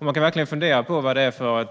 Man kan fundera på vad det är för